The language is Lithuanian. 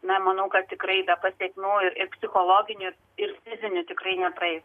na manau kad tikrai be pasekmių ir psichologinių ir fizinių tikrai nepraeis